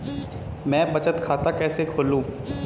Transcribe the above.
मैं बचत खाता कैसे खोलूं?